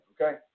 Okay